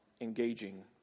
engaging